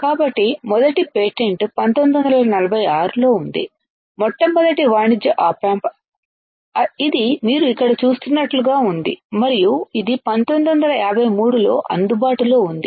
కాబట్టి మొదటి పేటెంట్ 1946 లో ఉంది మొట్టమొదటి వాణిజ్య ఆప్ ఆంప్ ఇది మీరు ఇక్కడ చూస్తున్నట్లుగా ఉంది మరియు ఇది 1953 లో అందుబాటులో ఉంది